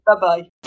Bye-bye